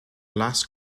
last